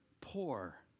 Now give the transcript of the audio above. poor